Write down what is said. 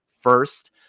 first